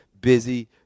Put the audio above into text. busy